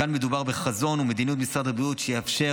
וכאן מדובר בחזון ובמדיניות משרד הבריאות שיאפשרו